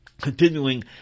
Continuing